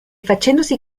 facendosi